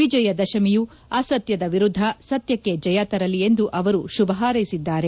ವಿಜಯದಶಮಿಯು ಅಸತ್ಯದ ವಿರುದ್ದ ಸತ್ಯಕ್ಕೆ ಜಯ ತರಲಿ ಎಂದು ಅವರು ಶುಭ ಹಾರ್ೈಸಿದ್ದಾರೆ